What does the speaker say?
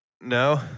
No